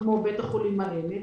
כמו בית חולים העמק.